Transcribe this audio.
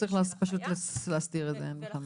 צריך פשוט להסדיר את זה, אין בכלל מה לדבר.